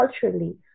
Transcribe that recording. culturally